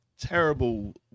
terrible